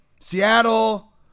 Seattle